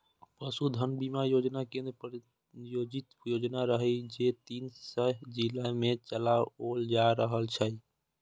पशुधन बीमा योजना केंद्र प्रायोजित योजना रहै, जे तीन सय जिला मे चलाओल जा रहल छै